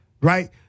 right